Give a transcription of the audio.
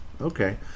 Okay